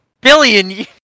billion